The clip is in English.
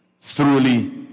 thoroughly